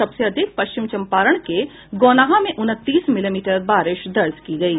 सबसे अधिक पश्चिम चम्पारण के गौनाहा में उनतीस मिलीमीटर बारिश रिकॉर्ड की गयी